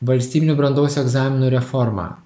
valstybinių brandos egzaminų reforma